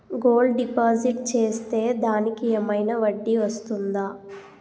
Gold deposit చేస్తే దానికి ఏమైనా వడ్డీ వస్తుందా?